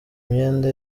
myenda